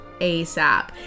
ASAP